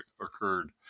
occurred